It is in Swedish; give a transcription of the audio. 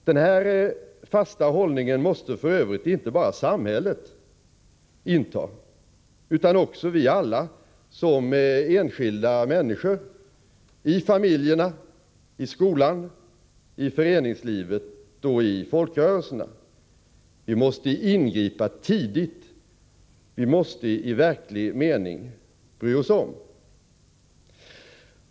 Den här fasta hållningen måste f. ö. inte bara samhället inta, utan också vi alla som enskilda människor —i familjerna, i skolan, i föreningslivet och i folkrörelserna. Vi måste ingripa tidigt, vi måste i verklig mening bry oss om.